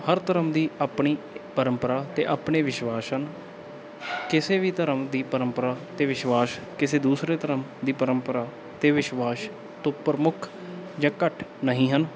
ਹਰ ਧਰਮ ਦੀ ਆਪਣੀ ਪਰੰਪਰਾ ਅਤੇ ਆਪਣੇ ਵਿਸ਼ਵਾਸ ਹਨ ਕਿਸੇ ਵੀ ਧਰਮ ਦੀ ਪਰੰਪਰਾ ਅਤੇ ਵਿਸ਼ਵਾਸ ਕਿਸੇ ਦੂਸਰੇ ਧਰਮ ਦੀ ਪਰੰਪਰਾ ਅਤੇ ਵਿਸ਼ਵਾਸ ਤੋਂ ਪ੍ਰਮੁੱਖ ਜਾਂ ਘੱਟ ਨਹੀਂ ਹਨ